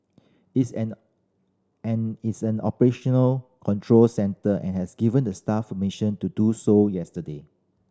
its and and its an operational control centre and has given the staff mission to do so yesterday